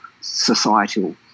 societal